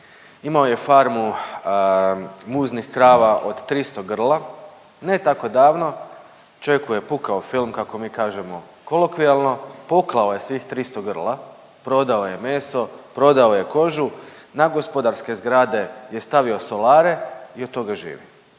imao je farmu muznih krava od 300 grla, ne tako davno čovjeku je pukao film kako mi kažemo kolokvijalno, poklao je svih 300 grla, prodao je meso, prodao je kožu, na gospodarske zgrade je stavio solare i od toga živi